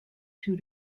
two